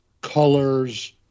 colors